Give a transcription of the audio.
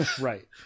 Right